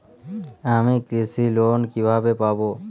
আমি কৃষি লোন কিভাবে পাবো?